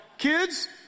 kids